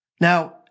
Now